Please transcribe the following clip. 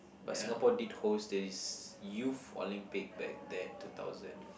but Singapore did host this Youth Olympic back then two thousand